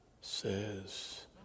says